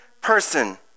person